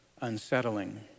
unsettling